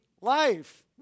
life